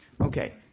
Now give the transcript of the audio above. Okay